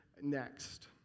next